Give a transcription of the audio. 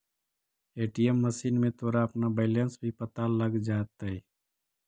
ATM machine में तोरा अपना बैलन्स भी पता लग जाटतइ